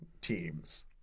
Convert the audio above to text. teams